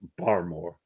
Barmore